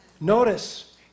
Notice